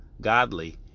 godly